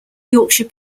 yorkshire